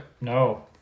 No